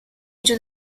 into